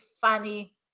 funny